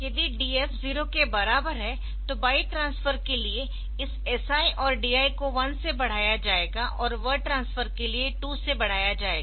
यदि DF 0 के बराबर है तो बाइट ट्रांसफर के लिए इस SI और DI को 1 से बढाया जाएगा और वर्ड ट्रांसफर के लिए 2 बढाया जाएगा